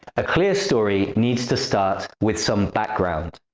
a clear story needs to start with some background.